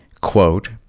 quote